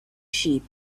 sheep